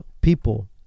people